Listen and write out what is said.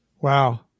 Wow